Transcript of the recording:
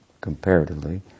comparatively